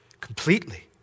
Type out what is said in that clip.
completely